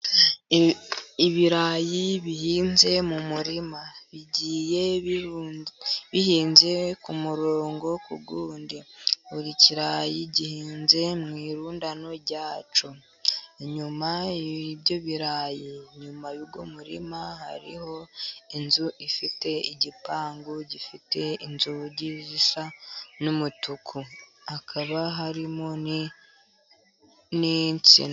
Ibirayi bihinze mu murima, bigiye bihinze ku murongo ku wundi. Buri kirayi gihinze mu irundano rya cyo. Inyuma y'ibyo birarayi, nyuma y'uwo muririma, hariho inzu ifite igipangu gifite inzugi zisa n'umutuku. Hakaba harimo n'insina.